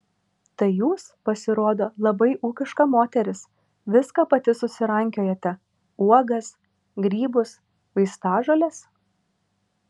tai jūs pasirodo labai ūkiška moteris viską pati susirankiojate uogas grybus vaistažoles